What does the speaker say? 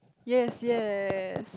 yes yes